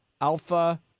alpha